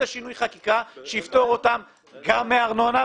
שינוי חקיקה שיפטור אותם גם מארנונה.